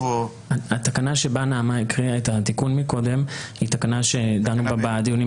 התקנה שנעמה הקריאה את התיקון קודם היא תקנה שדנו בה בדיונים